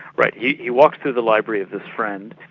right. he walks to the library of his friend,